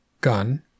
gun